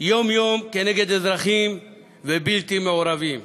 יום-יום נגד אזרחים ובלתי מעורבים,